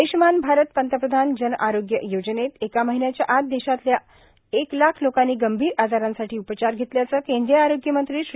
आय्ष्यमान भारत पंतप्रधान जन आरोग्य योजनेत एका महिन्याच्या आत देशातल्या एक लाख लोकांनी गंभीर आजारांसाठी उपचार घेतल्याच केंद्रीय आरोग्य मंत्री श्री